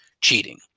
cheating